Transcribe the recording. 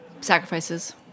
Sacrifices